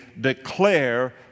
declare